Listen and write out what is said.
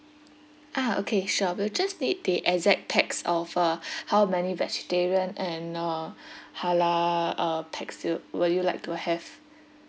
ah okay sure we'll just need the exact pax of uh how many vegetarian and uh halal uh pax you will you like to have